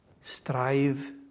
strive